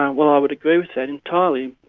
um well, i would agree with that entirely.